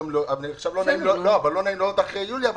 עכשיו לא נעים לי להודות אחרי יוליה,